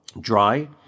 dry